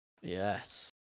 Yes